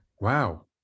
Wow